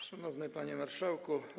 Szanowny Panie Marszałku!